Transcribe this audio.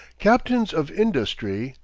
captains of industry,